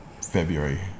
February